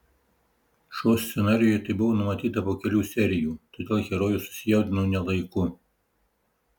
šou scenarijuje tai buvo numatyta po kelių serijų todėl herojus susijaudino ne laiku